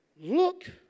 Look